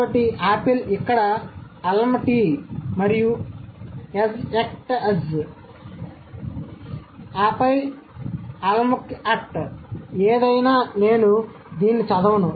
కాబట్టి ఆపిల్ ఇక్కడ అల్మ టిalma t మరియు ఎజ్ ఎక్ ఎట్ అజ్ez ek et az ఆపై అల్మా కె అట్alma k at ఏది అయినా నేను దీన్ని చదవను